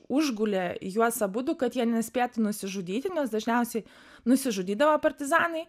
užgulė juos abudu kad jie nespėtų nusižudyti nes dažniausiai nusižudydavo partizanai